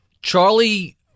Charlie